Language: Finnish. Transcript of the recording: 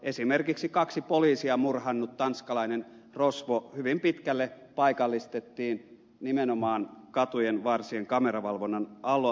esimerkiksi kaksi poliisia murhannut tanskalainen rosvo hyvin pitkälle paikallistettiin nimenomaan kadunvarsien kameravalvonnan avulla